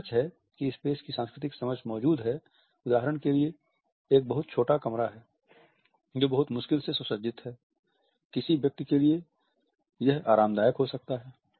यह सच है कि स्पेस की सांस्कृतिक समझ मौजूद है उदाहरण के लिए एक बहुत छोटा कमरा जो बहुत मुश्किल से सुसज्जित है किसी व्यक्ति के लिए आरामदायक हो सकता है